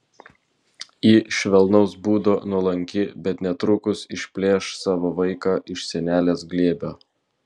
ji švelnaus būdo nuolanki bet netrukus išplėš savo vaiką iš senelės glėbio